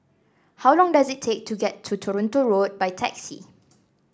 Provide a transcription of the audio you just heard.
how long does it take to get to Toronto Road by taxi